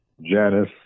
Janice